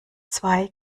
zwei